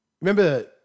Remember